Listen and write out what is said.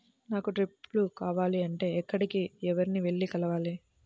నాకు డ్రిప్లు కావాలి అంటే ఎక్కడికి, ఎవరిని వెళ్లి కలవాలి?